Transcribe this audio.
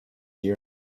year